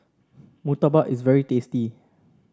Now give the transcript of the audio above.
murtabak is very tasty